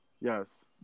Yes